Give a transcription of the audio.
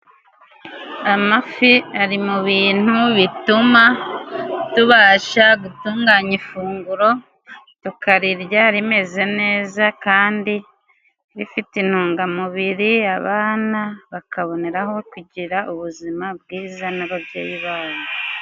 Amafi ari mu bintu bituma tubasha gutunganya ifunguro, tukarirya rimeze neza kandi rifite intungamubiri, abana bakaboneraho kugira ubuzima bwiza n'ababyeyi babo.